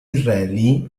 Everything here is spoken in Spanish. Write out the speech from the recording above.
israelí